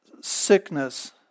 sickness